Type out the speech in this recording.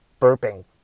burping